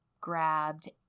grabbed